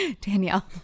Danielle